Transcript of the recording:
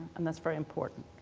and that's very important.